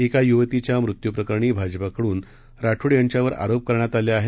एका युवतीच्या मृत्यू प्रकरणी भाजपकडून राठोड यांच्यावर आरोप करण्यात आले आहेत